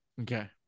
Okay